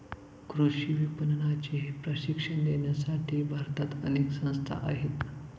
कृषी विपणनाचे प्रशिक्षण देण्यासाठी भारतात अनेक संस्था आहेत